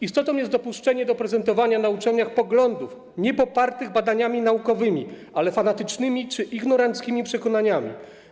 Istotą jest dopuszczenie do prezentowania na uczelniach poglądów popartych nie badaniami naukowymi, a fanatycznymi czy ignoranckimi przekonaniami.